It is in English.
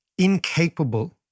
incapable